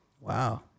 Wow